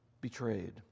betrayed